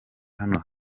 hano